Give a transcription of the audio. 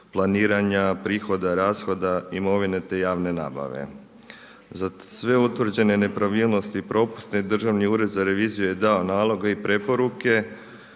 planiranja prihoda, rashoda, imovine te javne nabave. Za sve utvrđene nepravilnosti i propuste Državni ured za reviziju je dao naloge i preporuke